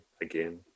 again